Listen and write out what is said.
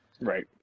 Right